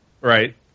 Right